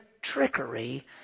trickery